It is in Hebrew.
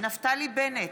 נפתלי בנט,